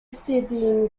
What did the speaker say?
euclidean